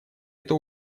это